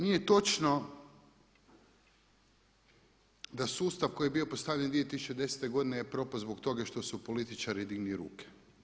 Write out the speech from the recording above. Nije točno da sustav koji je bio postavljen 2010. godine je propao zbog toga što su političari digli ruke.